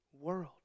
world